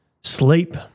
Sleep